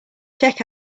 check